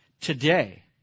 today